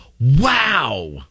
Wow